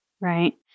Right